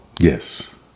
Yes